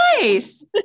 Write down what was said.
nice